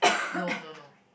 no no no